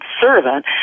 servant